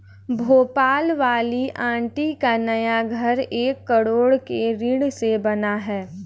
भोपाल वाली आंटी का नया घर एक करोड़ के ऋण से बना है